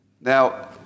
Now